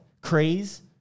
Craze